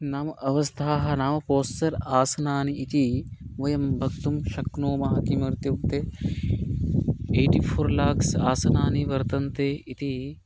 नाम अवस्थाः नाम पोसर् आसनानि इति वयं वक्तुं शक्नुमः किमर्थमित्युक्ते एइटिफ़ोर् ल्याक्स् आसनानि वर्तन्ते इति